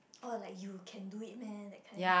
oh like you can do it meh that kind